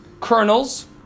kernels